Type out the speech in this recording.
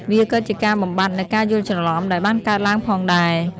វាក៏ជាការបំបាត់នូវការយល់ច្រឡំដែលបានកើតឡើងផងដែរ។